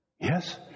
Yes